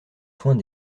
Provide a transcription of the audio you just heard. soins